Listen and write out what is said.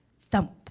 thump